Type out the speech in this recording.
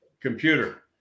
computer